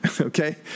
okay